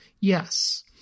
yes